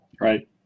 Right